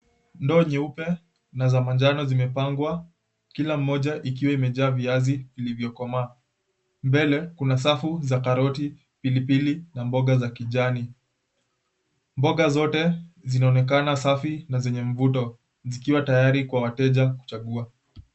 Ndoo nyeupe na za manjano zimepangwa, kila moja ikiwa imejaa viazi vilivyokomaa, mbele kuna safu za karoti, pilipili na mboga za kijani, mboga zote zinaonekana safi na mvuto zikiwa tayari kwa wateja kuchanguwa.